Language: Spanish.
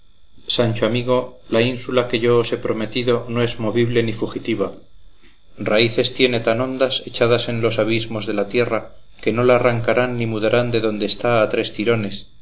sancho amigo la ínsula que yo os he prometido no es movible ni fugitiva raíces tiene tan hondas echadas en los abismos de la tierra que no la arrancarán ni mudarán de donde está a tres tirones